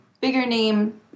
bigger-name